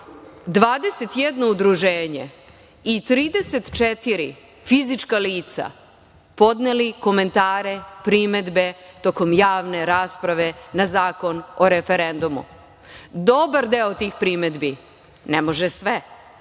21 udruženje i 34 fizička lica podneli komentare, primedbe, tokom javne rasprave na Zakon o referendumu. Dobar deo tih primedbi, ne može sve,